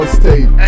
state